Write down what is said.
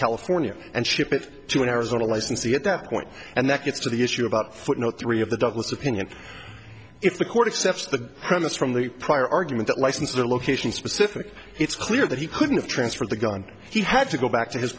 california and ship it to an arizona licensee at that point and that gets to the issue about footnote three of the douglas opinion if the court accept the premise from the prior argument that licenses are location specific it's clear that he couldn't transfer the gun he had to go back